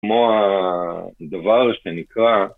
כמו הדבר שנקרא